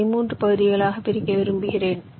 அதை 3 பகுதிகளாக பிரிக்க விரும்புகிறேன்